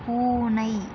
பூனை